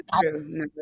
true